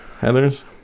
Heather's